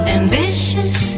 ambitious